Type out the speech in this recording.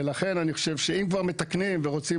לכן אני חושב שאם כבר מתקנים ורוצים